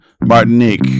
martinique